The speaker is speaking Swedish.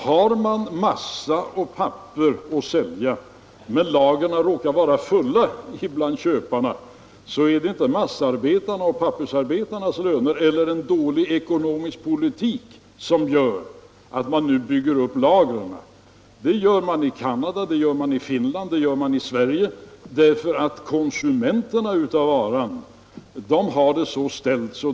Har man massa och papper att sälja, men lagren råkar vara fulla hos köparna, är det inte massaarbetarnas och pappersarbetarnas löner eller en dålig ekonomisk politik som gör att man nu på tillverkningssidan bygger upp lagren. Det gör man i Canada, det gör man i Finland, det gör man i Sverige, därför att konsumenterna av varan har det så ställt att.